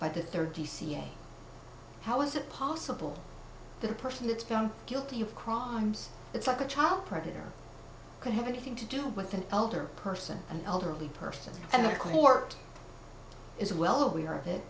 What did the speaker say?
by the third dca how is it possible that a person that's gone guilty of crimes it's like a child predator could have anything to do with an older person an elderly person and a court is well aware of it